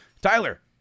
Tyler